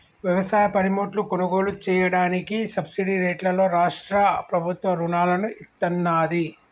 వ్యవసాయ పనిముట్లు కొనుగోలు చెయ్యడానికి సబ్సిడీ రేట్లలో రాష్ట్ర ప్రభుత్వం రుణాలను ఇత్తన్నాది